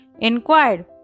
inquired